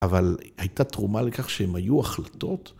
אבל הייתה תרומה לכך שהן היו החלטות.